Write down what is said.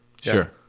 Sure